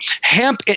hemp